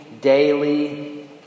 daily